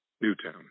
Newtown